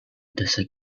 desert